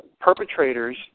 perpetrators